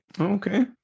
Okay